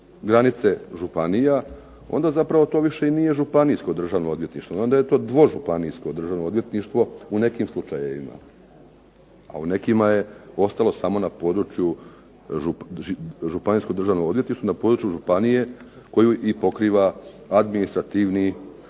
granice županija onda zapravo to više i nije županijsko državno odvjetništvo, onda je to dvožupanijsko državno odvjetništvo u nekim slučajevima, a u nekima je ostalo samo županijsko državno odvjetništvo na području županije koju i pokriva administrativno-upravni